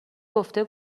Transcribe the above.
گفته